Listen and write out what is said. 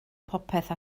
popeth